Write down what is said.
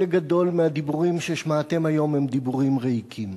גדול מהדיבורים ששמעתם היום הם דיבורים ריקים.